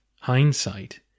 hindsight